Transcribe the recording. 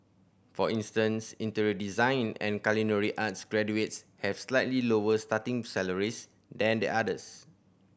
for instance interior design and culinary arts graduates have slightly lower starting salaries than the others